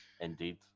Indeed